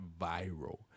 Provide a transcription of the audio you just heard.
viral